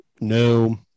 no